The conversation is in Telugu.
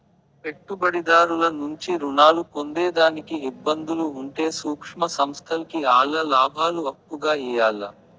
పెట్టుబడిదారుల నుంచి రుణాలు పొందేదానికి ఇబ్బందులు ఉంటే సూక్ష్మ సంస్థల్కి ఆల్ల లాబాలు అప్పుగా ఇయ్యాల్ల